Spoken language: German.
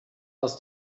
aus